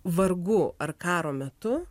vargu ar karo metu